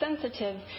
sensitive